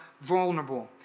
vulnerable